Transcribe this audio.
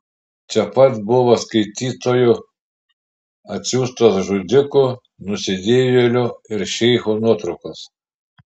čia pat buvo skaitytojų atsiųstos žudikų nusidėjėlių ir šeichų nuotraukos